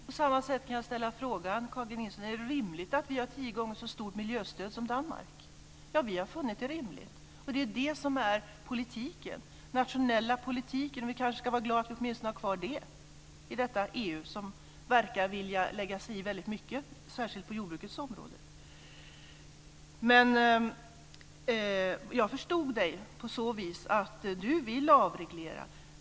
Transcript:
Fru talman! På samma sätt kan jag ställa frågan till Carl G Nilsson: Är det rimligt att vi har tio gånger så stort miljöstöd som Danmark? Ja, vi har funnit det rimligt. Och det är det som är politiken, den nationella politiken. Vi kanske ska vara glada att vi åtminstone har kvar den i detta EU som verkar vilja lägga sig i väldigt mycket, särskilt på jordbrukets område. Jag förstod Carl G Nilsson på så vis att han vill avreglera.